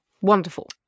Wonderful